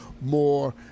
more